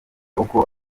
uko